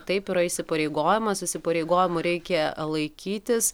taip yra įsipareigojimas įsipareigojimų reikia laikytis